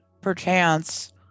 perchance